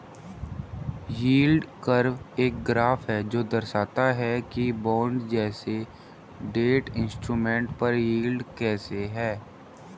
yield curve एक graph है जो दर्शाता है कि बॉन्ड जैसे डेट इंस्ट्रूमेंट पर यील्ड कैसे है